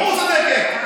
ברור שהיא צודקת.